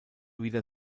wieder